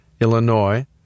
Illinois